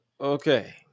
Okay